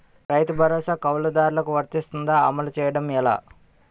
రైతు భరోసా కవులుదారులకు వర్తిస్తుందా? అమలు చేయడం ఎలా